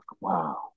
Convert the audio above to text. Wow